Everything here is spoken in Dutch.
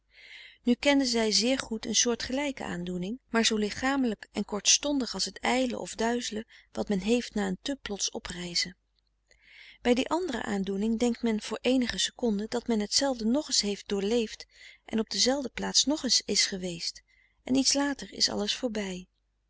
nu kende zij zeer goed een soortgelijke aandoening maar zoo lichamelijk en kortstondig als het ijlen of frederik van eeden van de koele meren des doods duizelen wat men heeft na een te plots oprijzen bij die andere aandoening denkt men voor eenige seconden dat men hetzelfde nog eens heeft doorleefd en op dezelfde plaats nog eens is geweest en iets later is alles voorbij